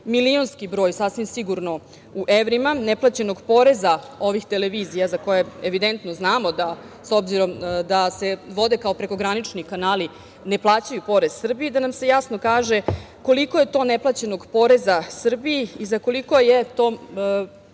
milionski broj sasvim sigurno u evrima neplaćenog poreza ovih televizija za koje evidentno znamo da, s obzirom da se vode kao prekogranični kanali, ne plaćaju porez Srbiji, da nam se jasno kaže koliko je to neplaćenog poreza Srbiji i za koliko je to,